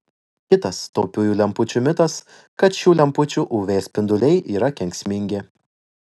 kitas taupiųjų lempučių mitas kad šių lempučių uv spinduliai yra kenksmingi